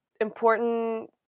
important